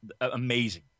amazing